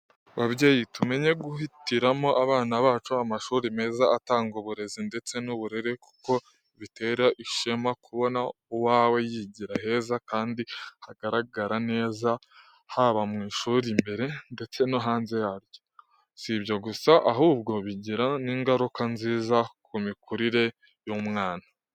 Babyeyi, tumenye guhitiramo abana bacu amashuri meza atanga uburezi ndetse n’uburere, kuko bitera ishema kubona uwawe yigira heza kandi hagaragara neza haba mu ishuri imbere ndetse no hanze yaryo. Si ibyo gusa, ahubwo bigira n’ingaruka nziza ku mikurire y’umwana.